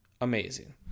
amazing